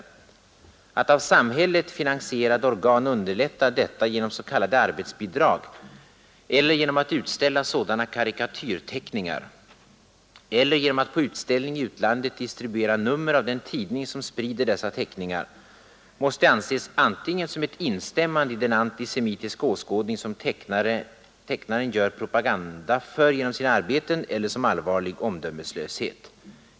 Att av samhället finansierade organ underlättar detta genom sk arbetsbidrag eller genom att utställa sådana karikatyrteckningar eller genom att på utställning i utlandet distribuera nummer av den tidning som sprider dessa teckningar måste anses antingen som ett instämmande i den antisemitiska åskådning som tecknaren gör propaganda för genom sina arbeten eller som allvarlig omdömeslöshet.